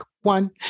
one